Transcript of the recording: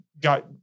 got